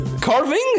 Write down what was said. Carving